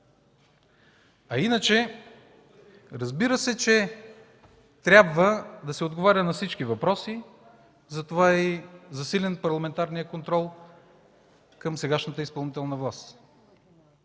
А иначе, разбира се, че трябва да се отговаря на всички въпроси, затова е засилен парламентарният контрол към сегашната изпълнителна власт.